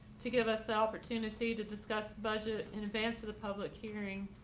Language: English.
to give us the opportunity to discuss the budget in advance to the public hearing?